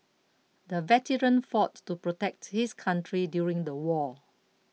the veteran fought to protect his country during the war